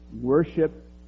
worship